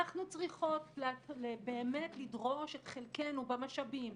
אנחנו צריכות באמת לדרוש את חלקנו במשאבים,